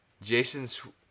Jason